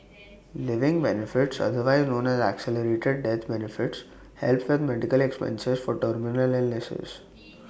living benefits otherwise known as accelerated death benefits help with medical expenses for terminal illnesses